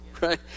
Right